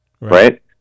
right